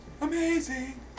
Amazing